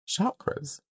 Chakras